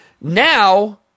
now